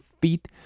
feet